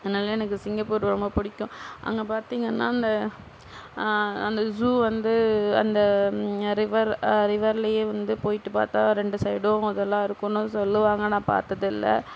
அதனால் எனக்கு சிங்கப்பூர் ரொம்ப பிடிக்கும் அங்கே பார்த்தீங்கன்னா அந்த அந்த ஜூ வந்து அந்த ரிவர் ரிவர்லயே வந்து போய்ட்டு பார்த்தா ரெண்டு சைடும் அதெல்லாம் இருக்கும்னு சொல்லுவாங்க ஆனால் பார்த்ததில்ல